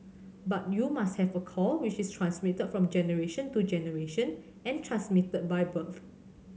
but you must have a core which is transmitted from generation to generation and transmitted by birth